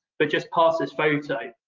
but just pass this photo,